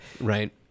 Right